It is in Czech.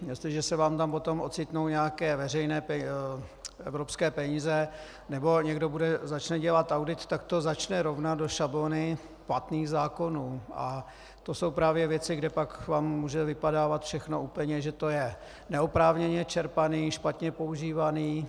Jestliže se vám tam potom ocitnou nějaké veřejné evropské peníze nebo někdo začne dělat audit, tak to začne rovnat do šablony platných zákonů a to jsou právě věci, kde vám pak může vypadávat všechno úplně, že je to neoprávněně čerpáno, špatně používáno.